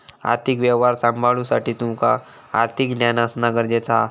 आर्थिक व्यवहार सांभाळुसाठी तुका आर्थिक ज्ञान असणा गरजेचा हा